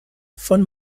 von